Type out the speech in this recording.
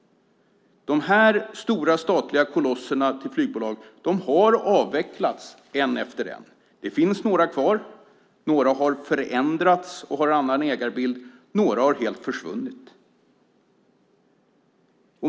De här stora statliga kolosserna till flygbolag har avvecklats en efter en. Det finns några kvar, några har förändrats och har en annan ägarbild, några har helt försvunnit.